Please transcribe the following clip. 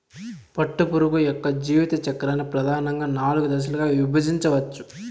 పట్టుపురుగు యొక్క జీవిత చక్రాన్ని ప్రధానంగా నాలుగు దశలుగా విభజించవచ్చు